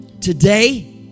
Today